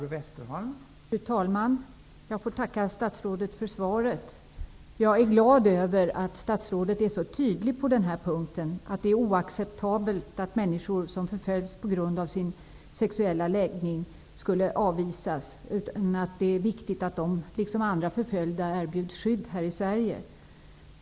Fru talman! Jag tackar statsrådet för svaret. Jag är glad över att statsrådet är så tydlig på den här punkten: att det är oacceptabelt att människor förföljs på grund av sin sexuella läggning och att det är viktigt att de liksom andra förföljda erbjuds skydd här i Sverige.